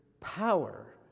power